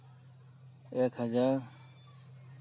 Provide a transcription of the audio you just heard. ᱮᱠ ᱦᱟᱡᱟᱨ